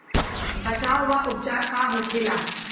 बचाव व उपचार का होखेला?